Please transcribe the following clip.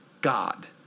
God